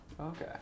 Okay